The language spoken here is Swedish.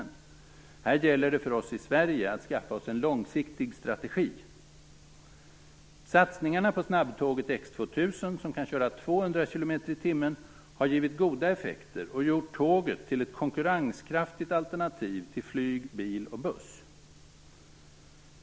Här gäller det för oss i Sverige att skaffa oss en långsiktig strategi. 200 km/tim har givit goda effekter och gjort tåget till ett konkurrenskraftigt alternativ till flyg, bil och buss.